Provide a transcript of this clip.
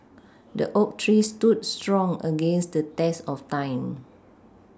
the oak tree stood strong against the test of time